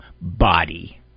body